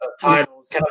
titles